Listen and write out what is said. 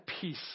peace